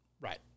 Right